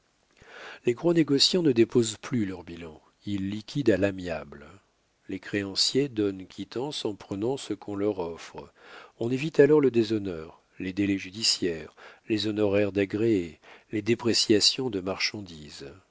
les gros négociants ne déposent plus leur bilan ils liquident à l'amiable les créanciers donnent quittance en prenant ce qu'on leur offre on évite alors le déshonneur les délais judiciaires les honoraires d'agréés les dépréciations de marchandises